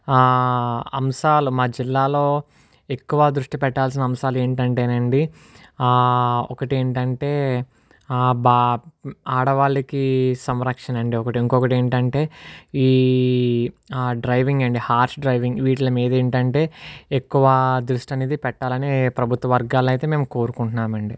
అంశాలు మా జిల్లాలో ఎక్కువ దృష్టి పెట్టాల్సిన అంశాలు ఏమిటి అంటే అండి ఒకటి ఏంటంటే బా ఆడవాళ్ళకి సంరక్షణ అండి ఒకటి ఇంకొకటి ఏంటంటే ఈ డ్రైవింగ్ అండి హార్ష్ డ్రైవింగ్ వీటిలి మీద ఏంటంటే ఎక్కువ దృష్టి అనేది పెట్టాలని ప్రభుత్వ వర్గాలను అయితే మేము కోరుకుంటున్నాము అండి